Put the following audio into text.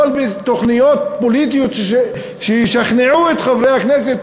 תמשול בתוכניות פוליטיות שישכנעו את חברי הכנסת,